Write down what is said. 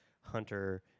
Hunter